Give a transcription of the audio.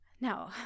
No